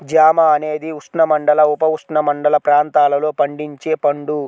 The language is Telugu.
జామ అనేది ఉష్ణమండల, ఉపఉష్ణమండల ప్రాంతాలలో పండించే పండు